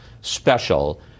special